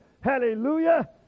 hallelujah